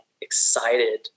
excited